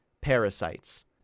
parasites